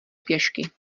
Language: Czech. pěšky